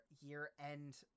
year-end